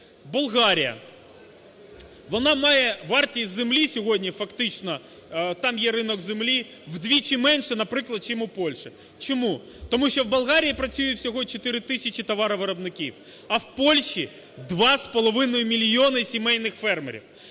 Болгарія, вона має вартість землі сьогодні фактично – там є ринок землі – вдвічі менше, наприклад, чим у Польщі. Чому? Тому що в Болгарії працює всього 4 тисячі товаровиробників, а в Польщі – два з половиною мільйони сімейних фермерів.